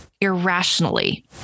irrationally